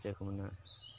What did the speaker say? ᱪᱮᱫ ᱠᱚ ᱢᱮᱱᱟ